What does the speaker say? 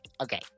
okay